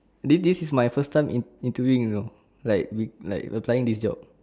this this is my first time in interviewing you know like we like applying this job